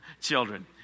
children